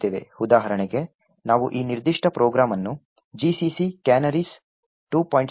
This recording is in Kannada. ಉದಾಹರಣೆಗೆ ನಾವು ಈ ನಿರ್ದಿಷ್ಟ ಪ್ರೋಗ್ರಾಂ ಅನ್ನು gcc canaries 2